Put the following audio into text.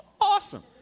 Awesome